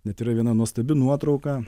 net yra viena nuostabi nuotrauka